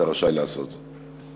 אתה רשאי לעשות זאת.